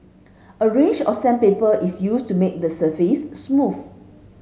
a range of sandpaper is used to make the surface smooth